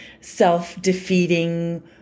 self-defeating